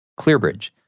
Clearbridge